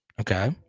Okay